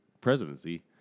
presidency